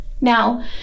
now